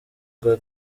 rwa